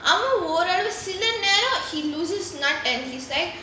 அவன் ஓரளவுக்கு சில நேரம்:avan oralavuku sila neram he loses nut and he's like